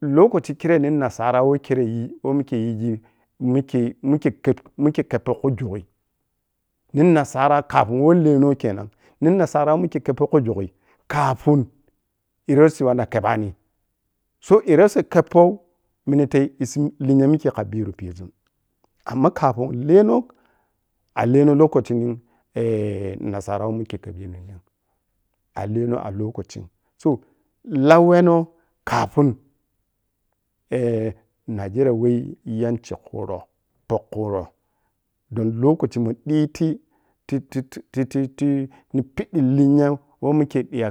Lokaci khire nin nasara woh khire yi woh mikhei yighi mikhi mikhin kep mikhe keppo khu jughu nin nasara kappa weh lelen khenan nin nasara weh watu keppo khujughu kappin erosi wan na khebbani so erosi keppou minate issi linya mikhe kha biru pizun amma kappin leno a leno lokaci zun eh nasara weh mikhe kebji minnen a leno a lokacin so lau weno kappin eh nijiriya weh yanchi khuro po khuro ɓon lokaci mun ɓitititini piɓɓi linya woh mikhe ɓiya